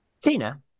Tina